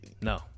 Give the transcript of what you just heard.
No